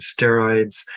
steroids